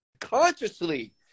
consciously